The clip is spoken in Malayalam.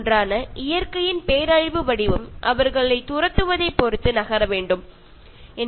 ഓരോ ദേശത്തെയും രീതികൾ അനുസരിച്ച് ഓരോ കഷ്ടതകൾ അവർക്ക് നേരിടേണ്ടി വരുന്നു